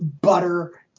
Butter